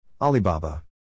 Alibaba